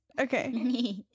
Okay